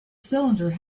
cylinder